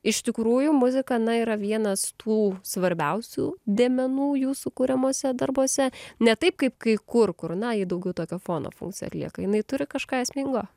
iš tikrųjų muzika na yra vienas tų svarbiausių dėmenų jūsų kuriamuose darbuose ne taip kaip kai kur kur na ji daugiau tokio fono funkciją atlieka jinai turi kažką esmingo